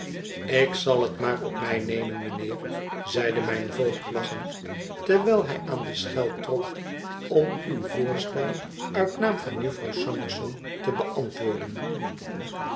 ik zal het maar op mij nemen mijnheer zeide mijn voogd lachend terwijl hij aan de schel trok om uw voorstel uit naam van jufvrouw summerson te beantwoorden